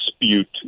dispute